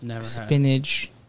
spinach